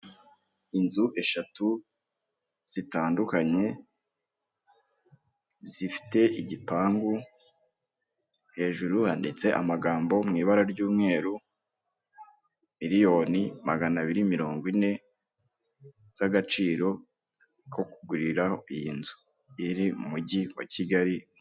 Inzu eshatu zitandukanye zifite igipangu, hejuru handitse amagambo mu ibara ry'umweru miliyoni magana abiri mirongo ine z'agaciro ko kuguriraho iyi nzu, iri mu mujyi wa Kigali.